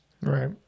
right